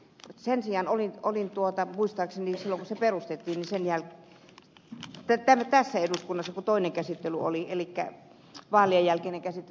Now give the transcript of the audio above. sen sijaan olin muistaakseni silloin kun se hyväksyttiin tässä eduskunnassa kun oli toinen käsittely elikkä vaalien jälkeinen käsittely